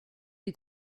lui